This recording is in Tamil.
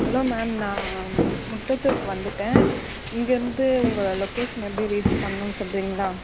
ஹலோ மேம் நான் முட்டத்தூருக்கு வந்துவிட்டேன் இங்கேயிருந்து உங்கள் லொக்கேஷன் எப்படி ரீச் பண்ணணுன்னு சொல்கிறீங்களா